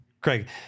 Craig